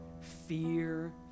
fear